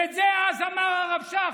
ואת זה אמר אז הרב שך.